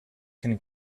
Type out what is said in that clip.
can